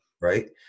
right